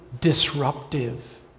disruptive